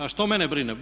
A što mene brine?